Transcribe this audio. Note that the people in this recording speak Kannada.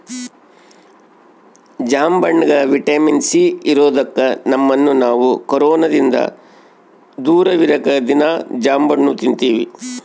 ಜಾಂಬಣ್ಣಗ ವಿಟಮಿನ್ ಸಿ ಇರದೊಕ್ಕ ನಮ್ಮನ್ನು ನಾವು ಕೊರೊನದಿಂದ ದೂರವಿರಕ ದೀನಾ ಜಾಂಬಣ್ಣು ತಿನ್ತಿವಿ